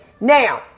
Now